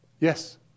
Yes